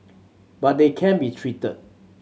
but they can be treated